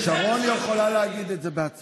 חברת הכנסת שרון יכולה להגיד את זה בעצמה.